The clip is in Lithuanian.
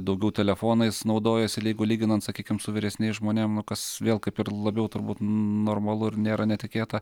daugiau telefonais naudojasi leigu lyginant sakykim su vyresniais žmonėm kas vėl kaip ir labiau turbūt normalu ir nėra netikėta